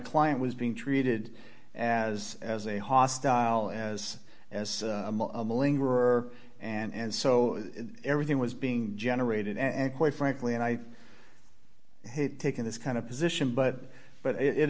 client was being treated as as a hostile as as were and so everything was being generated and quite frankly and i hate taking this kind of position but but it